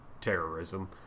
terrorism